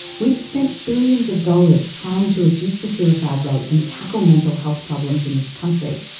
we've spent billions of dollars trying to reduce the suicide rates and tackle mental health problems in this country,